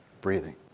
Breathing